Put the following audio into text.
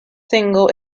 single